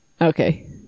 Okay